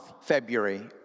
February